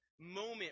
moment